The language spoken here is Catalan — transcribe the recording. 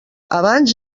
abans